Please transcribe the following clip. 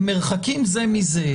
במרחקים זה מזה.